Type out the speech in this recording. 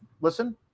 listen